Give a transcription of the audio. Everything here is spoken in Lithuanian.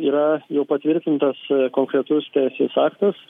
yra jau patvirtintas konkretus teisės aktas